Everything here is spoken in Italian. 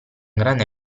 grande